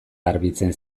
garbitzen